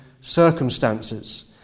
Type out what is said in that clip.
circumstances